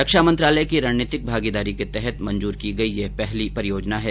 रक्षा मंत्रालय की रणनीतिक भागीदारी के तहत मंजूर की गई यह पहली परियोजना है